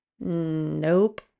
Nope